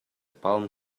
palm